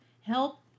help